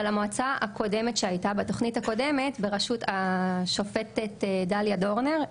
אבל המועצה הקודמת שהייתה בתוכנית הקודמת בראשות השופטת דליה דורנר,